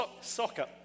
soccer